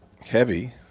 heavy